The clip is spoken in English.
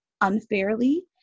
unfairly